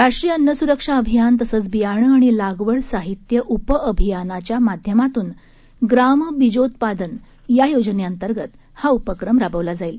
राष्ट्रीय अन्नसुरक्षा अभियान तसंच बियाणं आणि लागवड साहित्य उपअभियानाच्या माध्यमातून ग्राम बिजोत्पादन या योजनेंतर्गत हा उपक्रम राबवला जाईल